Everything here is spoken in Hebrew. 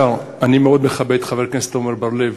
אדוני השר, אני מאוד מכבד את חבר הכנסת עמר בר-לב